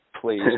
please